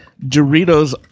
Doritos